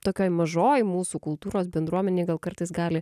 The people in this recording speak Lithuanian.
tokioj mažoj mūsų kultūros bendruomenėj gal kartais gali